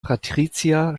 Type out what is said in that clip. patricia